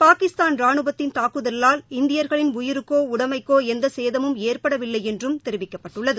பாகிஸ்தான் ராணுவத்தின் தாக்குதவால் இந்தியா்களின் உயிருக்கோ உடைமைக்கோஎந்தசேதமும் ஏற்படவில்லைஎன்றும் தெரிவிக்கப்பட்டுள்ளது